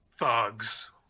Thugs